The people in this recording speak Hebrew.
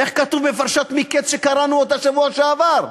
איך כתוב בפרשת מקץ שקראנו בשבוע שעבר?